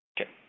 Okay